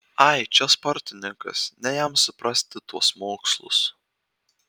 ai čia sportininkas ne jam suprasti tuos mokslus